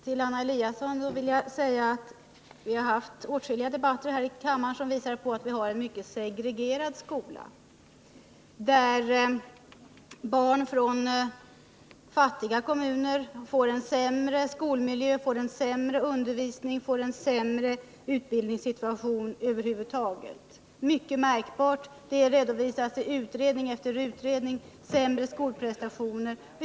Herr talman! Till Anna Eliasson vill jag säga att det har förts åtskilliga debatter här i kammaren som visar att vi har en mycket segregerad skola, där barn från fattiga kommuner får en sämre skolmiljö och undervisning och en allmänt sämre utbildningssituation, vilket — som redovisats i utredning efter utredning-— leder till sämre skolprestationer.